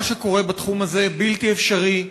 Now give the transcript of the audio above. מה שקורה בתחום הזה הוא בלתי אפשרי,